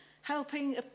helping